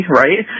right